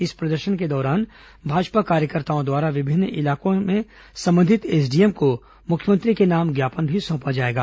इस प्रदर्शन के दौरान भाजपा कार्यकर्ताओं द्वारा विभिन्न इलाकों में संबंधित एसडीएम को मुख्यमंत्री के नाम ज्ञापन भी सौंपा जाएगा